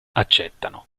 accettano